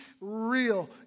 real